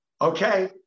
Okay